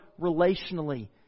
relationally